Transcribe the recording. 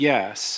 Yes